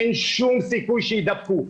אין סיכוי שיידבקו.